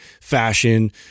fashion